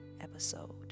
episode